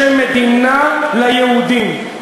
לשם מדינה ליהודים,